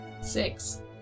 Six